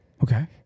Okay